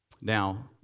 Now